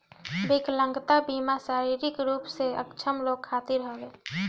विकलांगता बीमा शारीरिक रूप से अक्षम लोग खातिर हवे